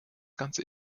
ganze